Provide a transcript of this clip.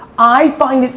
i find it,